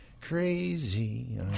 Crazy